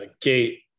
gate